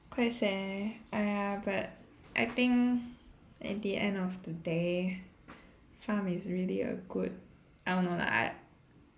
quite sad eh !aiya! but I think at the end of the day pharm is really a good I don't know like I